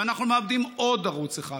ואנחנו מאבדים עוד ערוץ אחד.